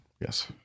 yes